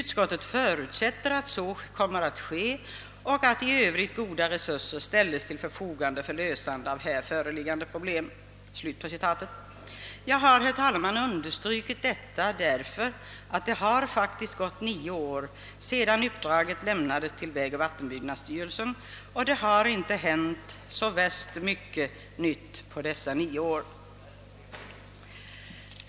Utskottet förutsätter att så kommer att ske och att i övrigt goda resurser ställes till förfogande för lösande av här föreliggande problem.» Jag har, herr talman, velat anföra detta därför att det nu har gått nio år sedan uppdraget lämnades till vägoch vattenbyggnadsstyrelsen, och det har inte hänt så värst mycket på området under dessa nio år.